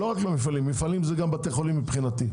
לא רק מפעלים, מפעלים זה גם בתי חולים לדעתי.